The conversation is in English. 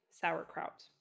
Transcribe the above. sauerkraut